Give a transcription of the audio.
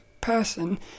person